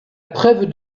preuve